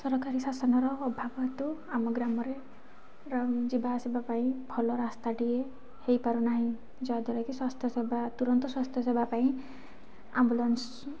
ସରକାରୀ ଶାସନର ଅଭାବ ହେତୁ ଆମ ଗ୍ରାମରେ ର ଯିବା ଆସିବା ପାଇଁ ଭଲ ରାସ୍ତାଟିଏ ହୋଇ ପାରୁନାହିଁ ଯାହାଦ୍ୱାରାକି ସ୍ଵାସ୍ଥ୍ୟ ସେବା ତୁରନ୍ତ ସ୍ଵାସ୍ଥ୍ୟ ସେବା ପାଇଁ ଆମ୍ବୁଲାନ୍ସ